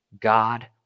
God